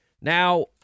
Now